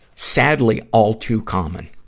sadly all too common.